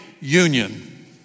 union